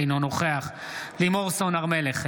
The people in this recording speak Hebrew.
אינו נוכח לימור סון הר מלך,